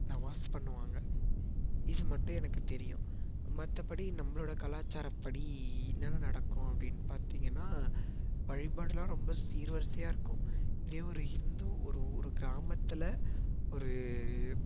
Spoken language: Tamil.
நவாஸ் பண்ணுவாங்க இது மட்டும் எனக்கு தெரியும் மற்றபடி நம்பளோட கலாச்சாரப்படி என்னென்ன நடக்கும் அப்படின்னு பார்த்திங்கன்னா வழிபாடெல்லாம் ரொம்ப சீர்வரிசையாகருக்கும் ஒரே ஒரு ஹிந்து ஒரு ஒரு கிராமத்தில் ஒரு